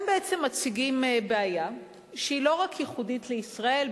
הם בעצם מציגים בעיה שהיא לא ייחודית רק לישראל,